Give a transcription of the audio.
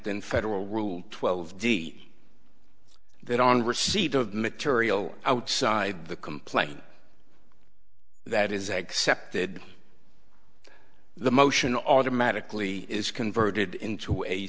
in federal rule twelve d that on receipt of material outside the complaint that is accepted the motion automatically is converted into a